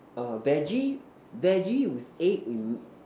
err veggie veggie with egg with